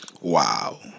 Wow